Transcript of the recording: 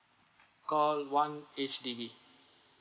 call one H_D_B